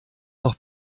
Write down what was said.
noch